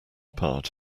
part